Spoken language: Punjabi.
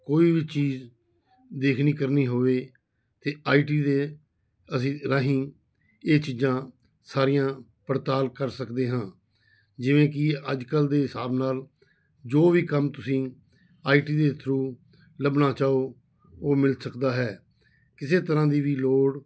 ਕੋਈ ਵੀ ਚੀਜ਼ ਦੇਖਣੀ ਕਰਨੀ ਹੋਵੇ ਤਾਂ ਆਈ ਟੀ ਦੇ ਅਸੀਂ ਰਾਹੀਂ ਇਹ ਚੀਜਾਂ ਸਾਰੀਆਂ ਪੜ੍ਹਤਾਲ ਕਰ ਸਕਦੇ ਹਾਂ ਜਿਵੇਂ ਕਿ ਅੱਜ ਕੱਲ੍ਹ ਦੇ ਹਿਸਾਬ ਨਾਲ ਜੋ ਵੀ ਕੰਮ ਤੁਸੀਂ ਆਈ ਟੀ ਦੇ ਥਰੂ ਲੱਭਣਾ ਚਾਹੋ ਉਹ ਮਿਲ ਸਕਦਾ ਹੈ ਕਿਸੇ ਤਰ੍ਹਾਂ ਦੀ ਵੀ ਲੋੜ